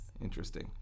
Interesting